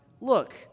Look